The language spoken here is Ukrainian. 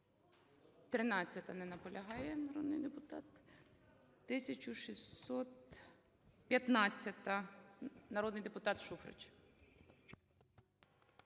Не наполягає народний депутат. 1615-а. Народний депутат Шуфрич.